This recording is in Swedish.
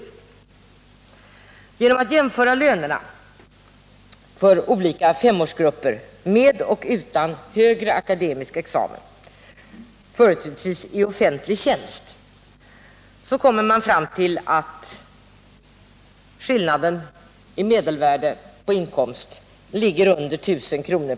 Genom att jämföra lönerna för olika femårsgrupper med och utan högre akademisk examen, företrädesvis i offentlig tjänst, kommer man fram till att skillnaden i medelvärde av inkomst ligger under 1 000 kr.